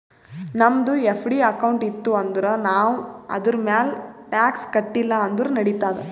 ನಮ್ದು FD account ಇತ್ತು ಅಂದುರ್ ನಾವ್ ಅದುರ್ಮ್ಯಾಲ್ ಟ್ಯಾಕ್ಸ್ ಕಟ್ಟಿಲ ಅಂದುರ್ ನಡಿತ್ತಾದ್